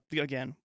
again